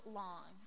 long